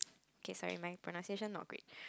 okay sorry my pronunciation not great